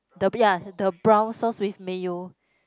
the ya the brown sauce with mayo